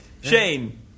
Shane